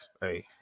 Hey